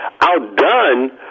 outdone